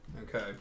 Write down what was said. Okay